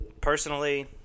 Personally